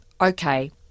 Okay